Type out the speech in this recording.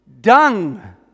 dung